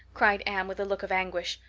cried anne with a look of anguish.